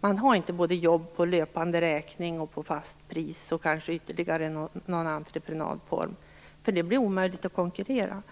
Man har inte jobb både på löpande räkning och på fast pris, och kanske ytterligare någon entreprenadform, därför att då blir det omöjligt att konkurrera.